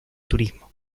turismo